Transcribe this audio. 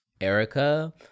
Erica